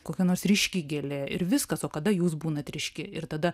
kokia nors ryški gėlė ir viskas o kada jūs būnat ryški ir tada